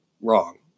wrong